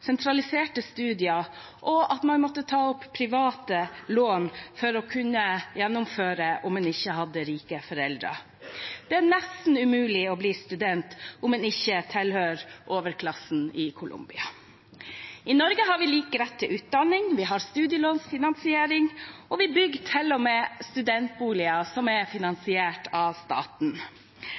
sentraliserte studier og at man måtte ta opp private lån for å kunne gjennomføre om en ikke hadde rike foreldre. Det er nesten umulig å bli student om en ikke tilhører overklassen i Colombia. I Norge har vi lik rett til utdanning, vi har studielånfinansiering, og vi bygger til og med studentboliger som er finansiert av staten